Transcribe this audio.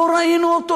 לא ראינו אותו.